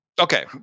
okay